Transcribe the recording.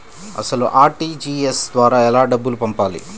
అసలు అర్.టీ.జీ.ఎస్ ద్వారా ఎలా డబ్బులు పంపాలి?